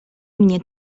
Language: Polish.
mnie